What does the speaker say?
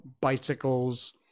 bicycles